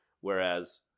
Whereas